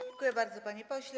Dziękuję bardzo, panie pośle.